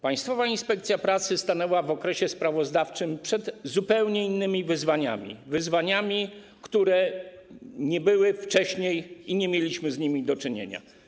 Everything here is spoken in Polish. Państwowa Inspekcja Pracy stanęła w okresie sprawozdawczym przed zupełnie innymi wyzwaniami, wyzwaniami, których nie było wcześniej i nie mieliśmy z nimi do czynienia.